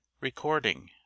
Recording